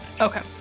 Okay